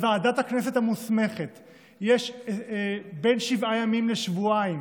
לוועדת הכנסת המוסמכת יש זמן של בין שבעה ימים לשבועיים